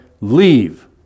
leave